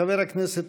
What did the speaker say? חבר הכנסת